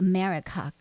America